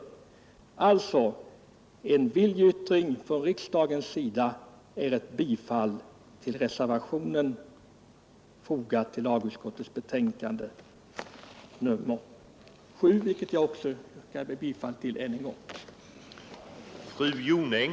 En viljeyttring i sådan riktning från riksdagens sida är ett bifall till reservationen vid lagutskottets betänkande nr 7, som jag yrkar bifall till ännu en gång.